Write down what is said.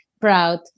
proud